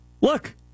Look